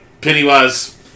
Pennywise